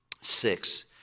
six